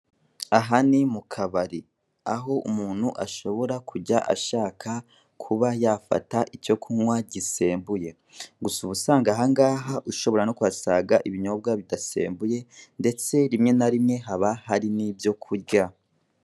Aha ni mu kabari, aho umuntu ashobora kujya ashaka kuba yafata icyo kunywa gisembuye, gusa ubusanga aha ngaha ushobora no kuhasanga ibinyobwa bidasembuye, ndetse rimwe na rimwe haba hari n'ibyo kurya.